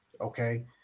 Okay